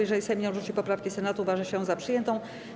Jeżeli Sejm nie odrzuci poprawki Senatu, uważa się ją za przyjętą.